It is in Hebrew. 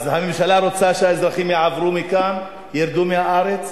אז הממשלה רוצה שהאזרחים יעברו מכאן, ירדו מהארץ?